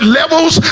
levels